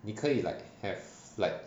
你可以 like have like